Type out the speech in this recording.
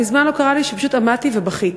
מזמן לא קרה לי שפשוט עמדתי ובכיתי.